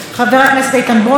חבר הכנסת איתן ברושי,